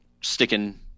sticking